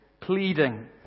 Pleading